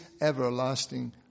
everlasting